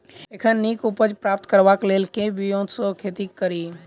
एखन नीक उपज प्राप्त करबाक लेल केँ ब्योंत सऽ खेती कड़ी?